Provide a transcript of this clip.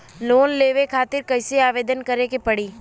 Loan लेवे खातिर कइसे आवेदन करें के पड़ी?